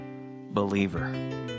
believer